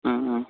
ம் ம்